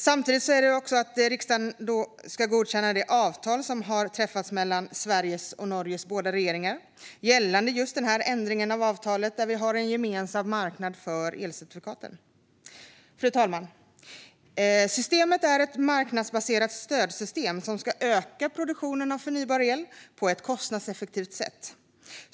Samtidigt ska riksdagen godkänna det avtal som har träffats mellan Sveriges och Norges båda regeringar gällande just denna ändring av avtalet, där vi har en gemensam marknad för elcertifikaten. Fru talman! Elcertifikatssystemet är ett marknadsbaserat stödsystem som ska öka produktionen av förnybar el på ett kostnadseffektivt sätt.